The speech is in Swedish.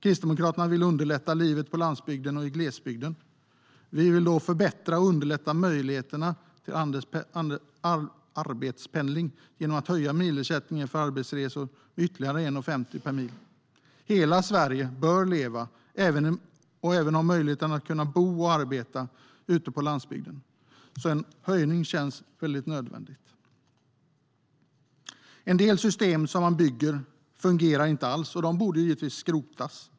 Kristdemokraterna vill underlätta livet på landsbygden och i glesbygden. En del system som man bygger fungerar inte alls, och sådana borde givetvis skrotas.